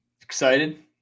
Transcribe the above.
Excited